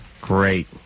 Great